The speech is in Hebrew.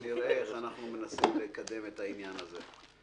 ואנחנו נראה איך אנחנו מנסים לקדם את העניין הזה.